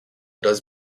does